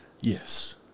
Yes